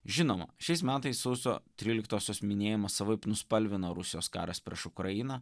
žinoma šiais metais sausio tryliktosios minėjimą savaip nuspalvino rusijos karas prieš ukrainą